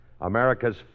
America's